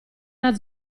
una